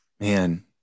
man